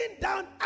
down